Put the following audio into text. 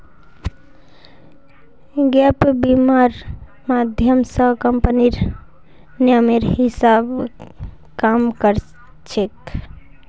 gap बीमा र माध्यम स कम्पनीर नियमेर हिसा ब काम कर छेक